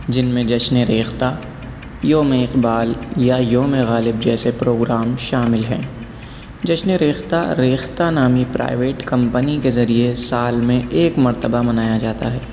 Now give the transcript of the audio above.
جن میں جشنِ ریختہ یومِ اقبال یا یومِ غالب جیسے پروگرام شامل ہیں جشنِ ریختہ ریختہ نامی پرائیویٹ کمپنی کے ذریعے سال میں ایک مرتبہ منایا جاتا ہے